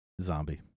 Zombie